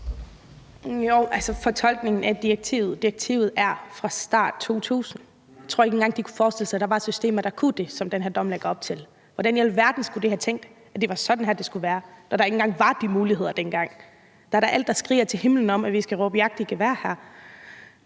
(LA): Fortolkningen af direktivet? Direktivet er fra starten af 2000. Jeg tror ikke engang, de kunne forestille sig, at der var systemer, der kunne det, som den her dom lægger op til. Hvordan i alverden skulle de have tænkt, at det var sådan her, det skulle være, når der ikke engang var de muligheder dengang? Alt det skriger til himlen om, at vi skal råbe vagt i gevær her.